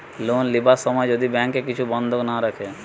loan লিবার সময় যদি ব্যাংকে কিছু বন্ধক না রাখে